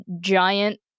giant